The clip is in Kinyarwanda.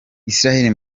israel